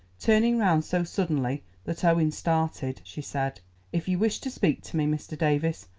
turning round so suddenly that owen started, she said if you wish to speak to me, mr. davies,